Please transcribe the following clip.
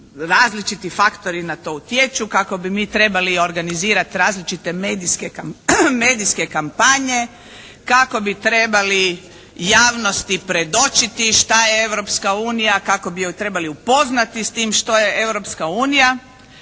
različiti faktori na to utječu, kako bi mi trebali organizirati različite medijske kampanje, kako bi trebali javnosti predočiti šta je Europska unija, kako bi ju trebali upoznati s time što je